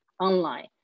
online